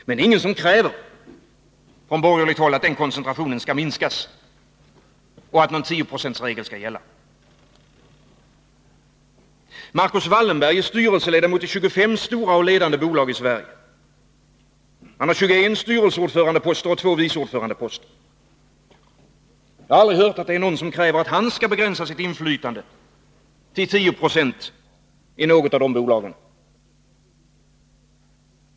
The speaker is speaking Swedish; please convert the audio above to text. Men det är ingen som från borgerligt håll kräver att den koncentrationen skall minskas och att någon tioprocentsregel skall gälla. Marcus Wallenberg är styrelseledamot i 25 stora och ledande bolag i Sverige. Han har 21 styrelseordförandeposter och två vice ordförandeposter. Jag har aldrig hört att det är någon som kräver att han skall begränsa sitt inflytande till 10 20 i något av de bolagen.